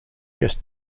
just